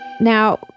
Now